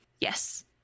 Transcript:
Yes